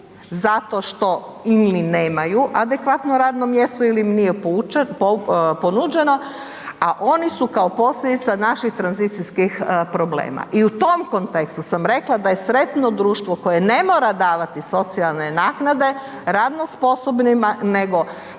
zato što ili ni nemaju adekvatno radno mjesto ili im nije ponuđeno, a oni su kao posljedica naših tranzicijskih problema. I u tom kontekstu sam rekla da je sretno društvo koje ne mora davati socijalne naknade radno sposobnima nego